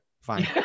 Fine